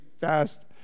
fast